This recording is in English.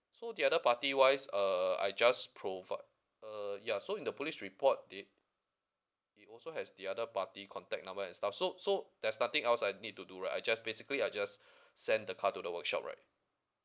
so the other party wise err I just provide uh ya so in the police report they it also has the other party contact number and stuff so so there's nothing else I need to do right I just basically I just send the car to the workshop right